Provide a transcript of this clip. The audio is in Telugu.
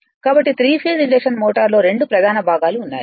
కాబట్టి త్రీ ఫేస్ ఇండక్షన్ మోటార్ లో రెండు ప్రధాన భాగాలు ఉన్నాయి